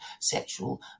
sexual